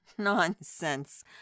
Nonsense